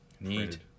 Need